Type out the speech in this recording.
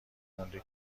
مونده